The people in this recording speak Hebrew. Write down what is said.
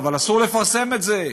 אבל אסור לפרסם את זה.